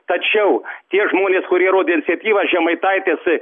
tačiau tie žmonės kurie rodė iniciatyvą žemaitaitis